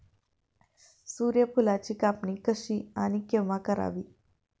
सूर्यफुलाची कापणी कशी आणि केव्हा करावी?